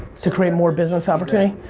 to create more business opportunity?